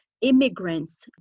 immigrants